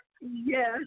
Yes